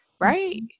right